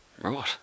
Right